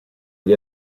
gli